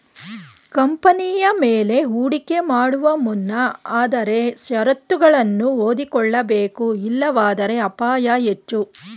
ಕಂಪನಿಯ ಮೇಲೆ ಹೂಡಿಕೆ ಮಾಡುವ ಮುನ್ನ ಆದರೆ ಶರತ್ತುಗಳನ್ನು ಓದಿಕೊಳ್ಳಬೇಕು ಇಲ್ಲವಾದರೆ ಅಪಾಯ ಹೆಚ್ಚು